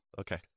Okay